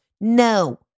No